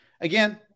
again